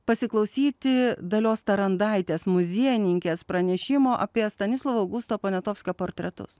pasiklausyti dalios tarandaitės muziejininkės pranešimo apie stanislovo augusto poniatovskio portretus